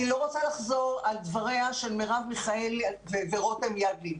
אני לא רוצה לחזור על דבריהן של מרב מיכאלי ורותם ידלין,